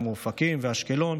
כמו אופקים ואשקלון,